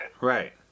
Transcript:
right